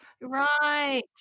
Right